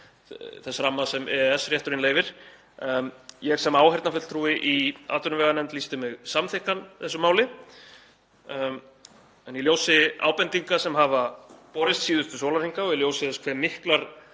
þess ramma sem EES-rétturinn leyfir. Ég sem áheyrnarfulltrúi í atvinnuveganefnd lýsti mig samþykkan þessu máli en í ljósi ábendinga sem hafa borist síðustu sólarhringa og í ljósi þess hve miklar